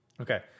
Okay